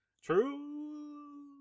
True